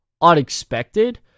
unexpected